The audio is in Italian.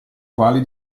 quali